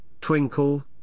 twinkle